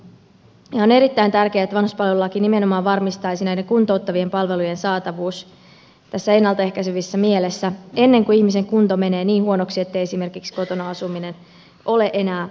on erittäin tärkeää että vanhuspalvelulaki nimenomaan varmistaisi näiden kuntouttavien palvelujen saatavuuden tässä ennalta ehkäisevässä mielessä ennen kuin ihmisen kunto menee niin huonoksi ettei esimerkiksi kotona asuminen ole enää mahdollista